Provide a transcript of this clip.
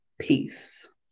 Peace